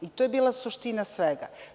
I to je bila suština svega.